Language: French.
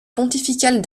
pontificale